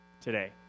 today